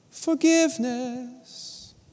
Forgiveness